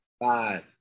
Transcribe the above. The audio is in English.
Five